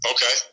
Okay